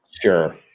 Sure